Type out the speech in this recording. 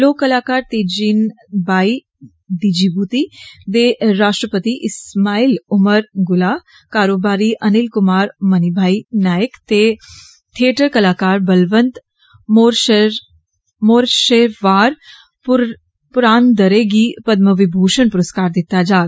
लोक कलाकार तिजेन भाई दिजीबूटी दे राश्ट्रपतिं इस्माइल उमर गुलाह कारोबारी अनिल कुमार मनिभाई नायक ते थ्येटर कलाकार बलबंत मोरेष्वर पुरानदरे गी पदम विभूशण पुरस्कार दिता जाग